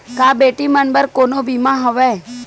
का बेटी मन बर कोनो बीमा हवय?